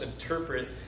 interpret